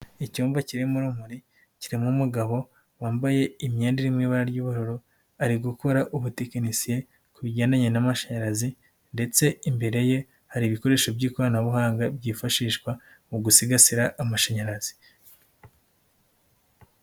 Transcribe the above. Icyumba kirimo urumuri, kirimo umugabo wambaye imyenda iririmo ibara ry'ubururu, ari gukora ubutekinisiye ku bigendanye n'amashanyarazi, ndetse imbere ye hari ibikoresho by'ikoranabuhanga byifashishwa mu gusigasira amashanyarazi.